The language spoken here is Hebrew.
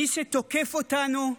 מי שתוקף אותנו,